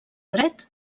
dret